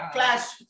Clash